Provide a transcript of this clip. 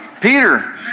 Peter